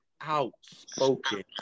outspoken